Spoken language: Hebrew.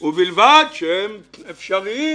זה ויכוח על הזכות.